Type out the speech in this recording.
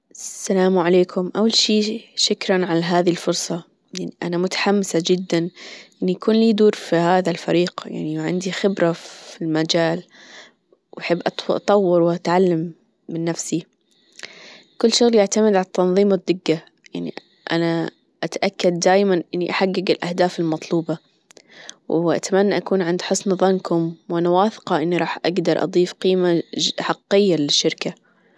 السلام عليكم أول شي شكرا على هذي الفرصة يعني أنا متحمسة جدا إن يكون لي دور في هذا الفريق يعني وعندي خبرة في المجال وأحب أطور وأتعلم من نفسي كل شغلي يعتمد ع التنظيم والدجة يعني أنا أتأكد دايما إني أحجج الأهداف المطلوبة. وأتمنى أكون عند حسن ظنكم وأنا واثقة إني راح أجدر أضيف قيمة حقيقية للشركة